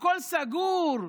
הכול סגור,